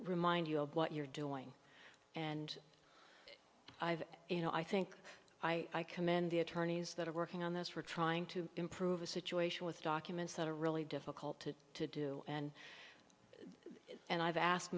remind you of what you're doing and i've you know i think i commend the attorneys that are working on this for trying to improve a situation with documents that are really difficult to to do and and i've asked